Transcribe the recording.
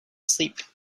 sleep